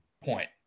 point